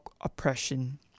oppression